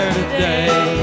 today